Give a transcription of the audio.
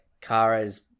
Kara's